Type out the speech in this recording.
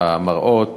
המראות